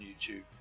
YouTube